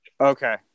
Okay